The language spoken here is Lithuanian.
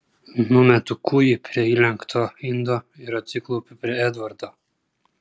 numetu kūjį prie įlenkto indo ir atsiklaupiu prie edvardo